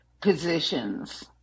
positions